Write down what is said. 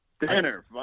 Dinner